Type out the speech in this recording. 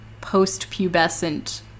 post-pubescent